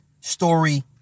story